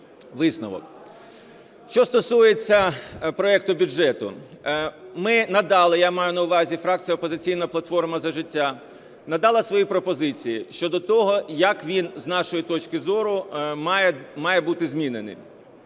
Що стосується проекту бюджету. Ми надали, я маю на увазі фракція "Опозиційна платформа – За життя" надала свої пропозиції щодо того, як він, з нашої точки зору, має бути змінений.